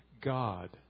God